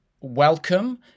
welcome